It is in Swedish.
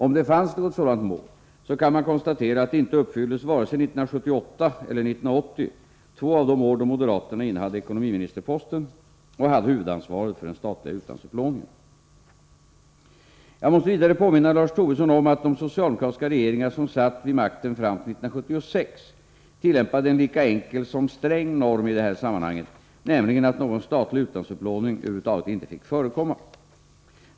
Om det fanns något sådant mål, så kan man konstatera att det inte uppfylldes vare sig 1978 eller 1980, två av de år då moderaterna innehade ekonomiministerposten och hade huvudansvaret för den statliga utlandsupplåningen. Jag måste vidare påminna Lars Tobisson om att de socialdemokratiska regeringar som satt vid makten fram till 1976 tillämpade en lika enkel som sträng norm i det här sammanhanget, nämligen att någon statlig utlandsupplåning över huvud taget inte fick förekomma.